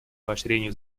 поощрению